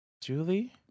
Julie